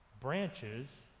Branches